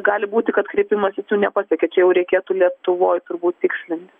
gali būti kad kreipimasis jų nepasiekė čia jau reikėtų lietuvoj turbūt tikslint